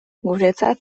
guretzat